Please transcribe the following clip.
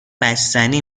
بستنی